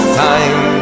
time